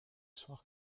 soir